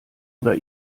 oder